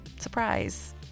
Surprise